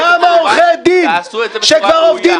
עכשיו שאלה: כמה עורכי דין שכבר עובדים